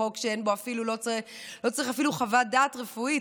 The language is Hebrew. זה חוק שאין בו ולא צריך אפילו חוות דעת רפואית,